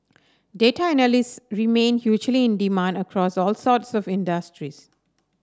data analysts remain hugely in demand across all sort serve industries